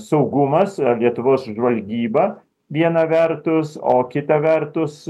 saugumas ar lietuvos žvalgyba viena vertus o kita vertus